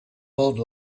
world